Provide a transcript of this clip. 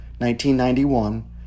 1991